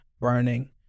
burning